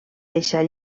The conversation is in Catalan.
deixar